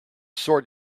sort